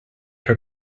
her